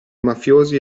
mafiosi